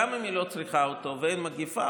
גם אם היא לא צריכה אותו ואין מגפה,